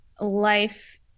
life